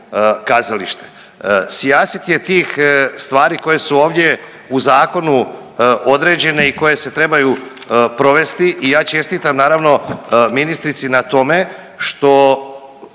kazalište. Sijaset je tih stvari koje su ovdje u zakonu određene i koje se trebaju provesti i ja čestitam naravno ministrici na tome što